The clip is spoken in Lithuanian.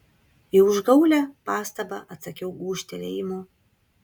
į užgaulią pastabą atsakiau gūžtelėjimu